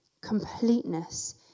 completeness